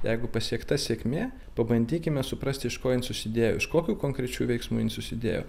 jeigu pasiekta sėkmė pabandykime suprasti iš ko jin susidėjo iš kokių konkrečių veiksmų jin susidėjo